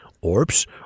orbs